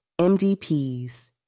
MDPs